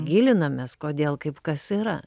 gilinomės kodėl kaip kas yra